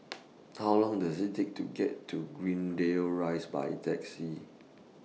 How Long Does IT Take to get to Greendale Rise By Taxi